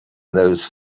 those